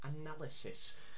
analysis